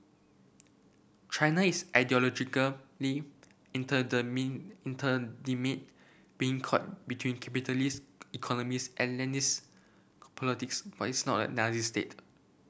China is ideologically being caught between capitalist economics and Leninist politics but it is not a Nazi state